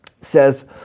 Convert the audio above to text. says